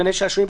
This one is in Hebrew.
גני שעשועים,